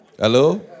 Hello